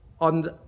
on